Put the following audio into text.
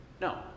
No